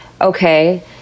okay